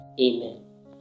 amen